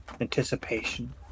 anticipation